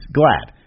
glad